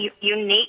unique